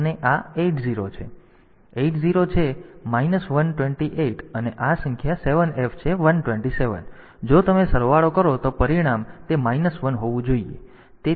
તેથી 8 0 છે 128 અને આ સંખ્યા 7 f છે 127 જો તમે સરવાળો કરો તો પરિણામ તે માઈનસ 1 હોવું જોઈએ